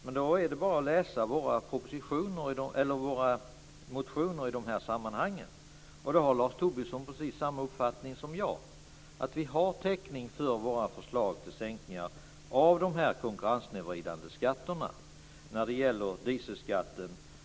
Men om man läser våra motioner i de här sammanhangen kan man se att Lars Tobisson har precis samma uppfattning som jag, nämligen att vi har täckning för våra förslag till sänkningar av de konkurrenssnedvridande skatterna, t.ex. dieselskatten.